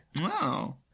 Wow